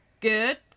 good